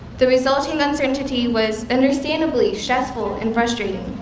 the resulting uncertainty was understandably stressful and frustrating.